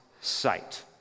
sight